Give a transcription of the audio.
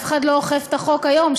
אף אחד לא אוכף את החוק היום,